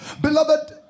Beloved